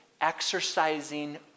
exercising